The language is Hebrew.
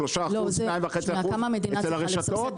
2.5% אצל הרשתות,